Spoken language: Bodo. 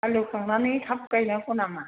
हालेवखांनानै थाब गायनांगौ नामा